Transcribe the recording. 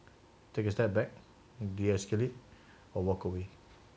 take back de-escalate or walk away